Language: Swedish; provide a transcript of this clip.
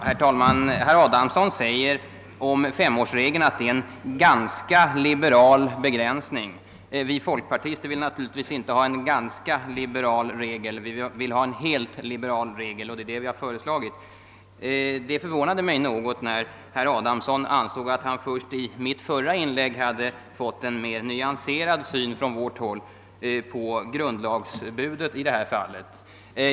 Herr talman! Herr Adamsson säger att femårsregeln innebär en ganska liberal begränsning. Vi folkpartister vill naturligtvis inte ha en ganska liberal regel, vi vill ha en helt liberal regel, och det är en sådan vi har föreslagit. Det förvånade mig att herr Adamsson ansåg att jag först i mitt förra inlägg gav en mera nyanserad syn på grundlagsbudet i detta fall.